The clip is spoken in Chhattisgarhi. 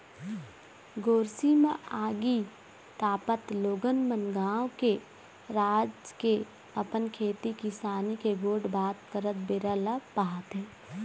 गोरसी म आगी तापत लोगन मन गाँव के, राज के, अपन खेती किसानी के गोठ बात करत बेरा ल पहाथे